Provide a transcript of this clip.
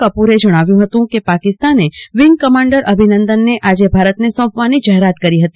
કપૂરે જણાવ્યું હતું કેપાકિસ્તાને વિંગ કમાન્ડર અભિનંદનને આજે ભારતને સોંપવાની જાહેરાત કરી હતી